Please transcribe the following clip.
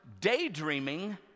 daydreaming